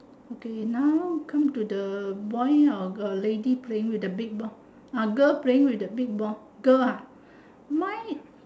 okay now come to do the boy or girl lady playing with the big ball ah girl playing with the big ball girl ah mine